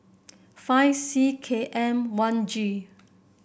five C K M one G